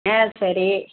ஆ சரி